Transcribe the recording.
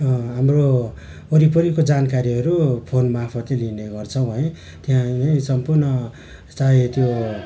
हाम्रो वरिपरिको जानकारीहरू फोन मार्फतै दिने गर्छौँ है त्यहाँ सम्पूर्ण चाहे त्यो